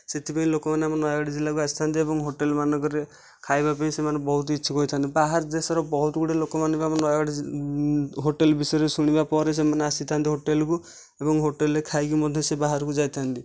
ସେଥିପାଇଁ ଲୋକ ମାନେ ଆମ ନୟାଗଡ଼ ଜିଲ୍ଲାକୁ ଆସିଥାନ୍ତି ଏବଂ ହୋଟେଲ ମାନଙ୍କରେ ଖାଇବା ପାଇଁ ସେମାନେ ବହୁତ ଇଛୁକ ହୋଇଥାନ୍ତି ବାହାର ଦେଶର ବହୁତ ଗୁଡ଼ିଏ ଲୋକମାନେ ଆମ ନୟାଗଡ଼ ଜିଲ୍ଲା ହୋଟେଲ ବିଷୟରେ ଶୁଣିବା ପରେ ସେମାନେ ଆସିଥିନ୍ତି ହୋଟେଲକୁ ଏବଂ ହୋଟେଲରେ ଖାଇକି ମଧ୍ୟ ସେ ବାହାରକୁ ଯାଇଥାନ୍ତି